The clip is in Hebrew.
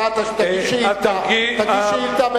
תגיש שאילתא.